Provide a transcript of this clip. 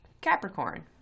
Capricorn